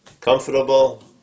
comfortable